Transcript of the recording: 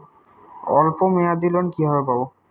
অল্প মেয়াদি লোন কিভাবে পাব?